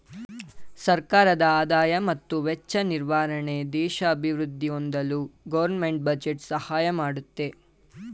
ಸರ್ಕಾರದ ಆದಾಯ ಮತ್ತು ವೆಚ್ಚ ನಿರ್ವಹಣೆ ದೇಶ ಅಭಿವೃದ್ಧಿ ಹೊಂದಲು ಗೌರ್ನಮೆಂಟ್ ಬಜೆಟ್ ಸಹಾಯ ಮಾಡುತ್ತೆ